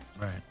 Right